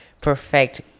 perfect